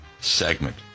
segment